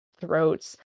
throats